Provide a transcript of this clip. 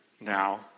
now